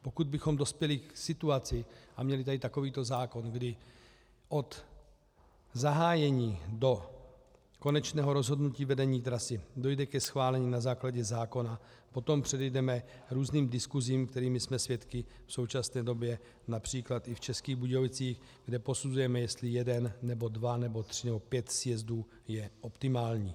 Pokud bychom dospěli k situaci a měli tady takovýto zákon, kdy od zahájení do konečného rozhodnutí vedení trasy dojde ke schválení na základě zákona, potom předejdeme různým diskusím, kterých jsme svědky v současné době například i v Českých Budějovicích, kde posuzujeme, jestli jeden nebo dva nebo tři nebo pět sjezdů je optimální.